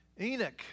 Enoch